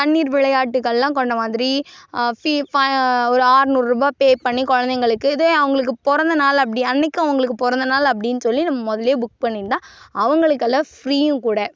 தண்ணீர் விளையாட்டுக்கள்லாம் கொண்ட மாதிரி ஃபீ ஃபா ஒரு ஆறநூறுபா பே பண்ணி குழந்தைகளுக்கு இதே அவங்களுக்கு பிறந்த நாள் அப்படி அன்றைக்கு அவங்களுக்கு பிறந்த நாள் அப்படின்னு சொல்லி நம்ம முதல்லேயே புக் பண்ணிருந்தா அவங்களுக்கெல்லாம் ஃப்ரீயும் கூட